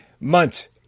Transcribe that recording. months